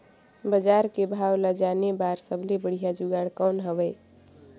बजार के भाव ला जाने बार सबले बढ़िया जुगाड़ कौन हवय?